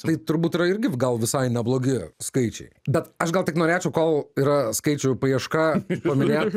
tai turbūt yra irgi gal visai neblogi skaičiai bet aš gal tik norėčiau kol yra skaičių paieška paminė